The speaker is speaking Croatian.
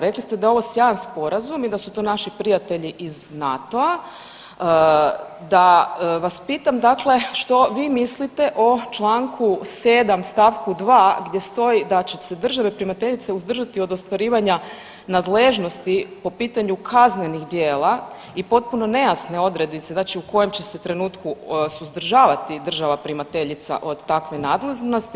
Rekli ste da je ovo sjajan sporazum i da su to naši prijatelji iz NATO-a, da vam pitam dakle što vi mislite o Članku 7. stavku 2. gdje stoji da će se države primateljice uzdržati od ostvarivanja nadležnosti po pitanju kaznenih djela i potpuno nejasne odrednice znači u kojem će se trenutku suzdržavati država primateljica od takve nadležnosti.